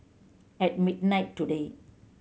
at midnight today